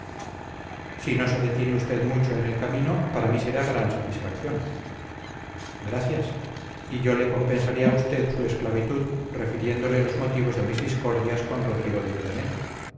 si no se detiene usted mucho en el camino para mí será gran satisfacción gracias y yo le compensaré a usted su esclavitud refiriéndole los motivos de mis discordias con rodrigo de urdaneta